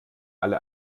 alle